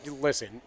listen